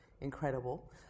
incredible